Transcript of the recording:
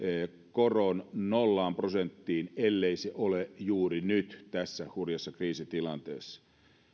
koron nollaan prosenttiin ellei se ole juuri nyt tässä hurjassa kriisitilanteessa